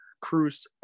Cruz